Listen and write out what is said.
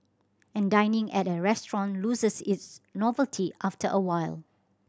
and dining at a restaurant loses its novelty after a while